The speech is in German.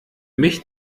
mich